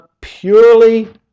purely